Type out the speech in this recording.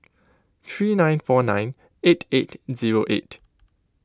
three nine four nine eight eight zero eight